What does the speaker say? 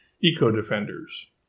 eco-defenders